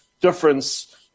difference